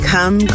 Come